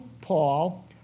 Paul